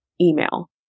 email